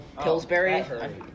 Pillsbury